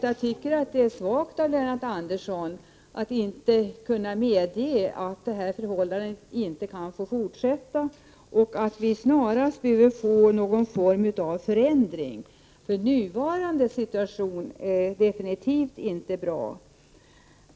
Jag tycker att det är svagt av Lennart Andersson att inte kunna medge att det här förhållandet inte kan få fortsätta och att vi snarast behöver få någon form av förändring, för nuvarande situation är absolut inte bra.